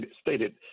stated